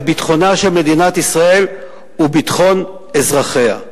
ביטחונה של מדינת ישראל וביטחון אזרחיה.